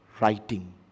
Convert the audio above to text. writing